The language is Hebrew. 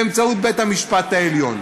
באמצעות בית המשפט העליון.